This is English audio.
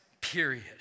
Period